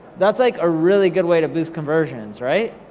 that's like a really good way to boost conversions, right?